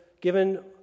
given